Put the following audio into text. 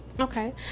Okay